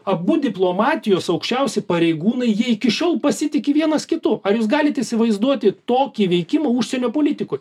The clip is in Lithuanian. abu diplomatijos aukščiausi pareigūnai jie iki šiol pasitiki vienas kitu ar jūs galite įsivaizduoti tokį veikimą užsienio politikoj